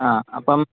ആ അപ്പം